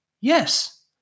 Yes